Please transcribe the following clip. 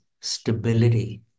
stability